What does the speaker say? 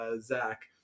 Zach